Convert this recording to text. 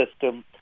system